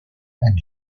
and